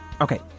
Okay